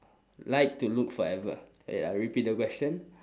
like to look forever wait I repeat the question